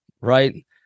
right